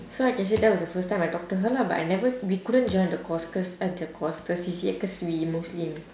so I can say that was the first time I talk to her lah but I never we couldn't join the course cause uh the course the C_C_A cause we muslim